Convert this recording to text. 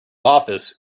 office